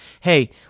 hey